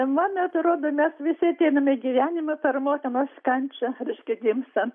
man atrodo mes visi ateiname į gyvenimą per motinos kančią reiškia gimstant